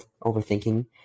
overthinking